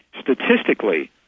statistically